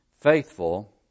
faithful